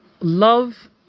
love